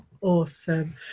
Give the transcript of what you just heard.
awesome